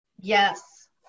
yes